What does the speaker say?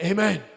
Amen